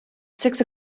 six